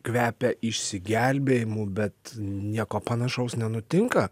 kvepia išsigelbėjimu bet nieko panašaus nenutinka